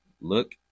look